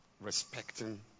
Respecting